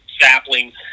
saplings